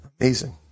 Amazing